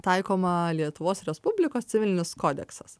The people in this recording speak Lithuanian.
taikoma lietuvos respublikos civilinis kodeksas